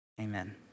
amen